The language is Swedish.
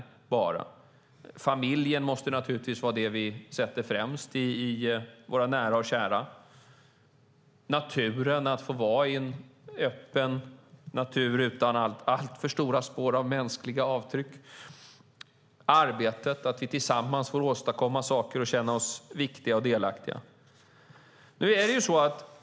Familjen och våra nära och kära måste naturligtvis vara det som vi sätter främst. Det kan handla om naturen och om att få vara i en öppen natur utan alltför stora spår av mänskliga avtryck. Det kan handla om arbetet och att vi tillsammans får åstadkomma saker och känna oss viktiga och delaktiga.